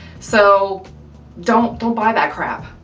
so don't don't buy that crap,